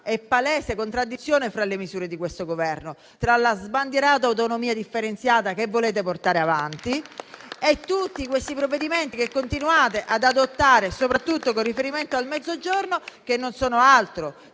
palese contraddizione fra le misure di questo Governo, tra la sbandierata autonomia differenziata che si vuole portare avanti e tutti questi provvedimenti che si continuano ad adottare, soprattutto con riferimento al Mezzogiorno, che non sono altro che